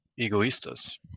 Egoistas